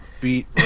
beat